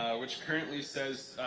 which currently says